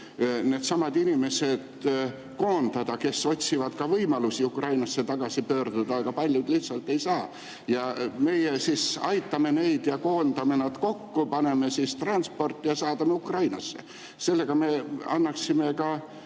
needsamad inimesed koondada, kes otsivad võimalusi Ukrainasse tagasi pöörduda, aga paljud lihtsalt ei saa? Ja meie siis aitame neid, koondame nad kokku ja transpordime Ukrainasse. Sellega me annaksime